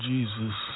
Jesus